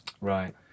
Right